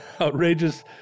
Outrageous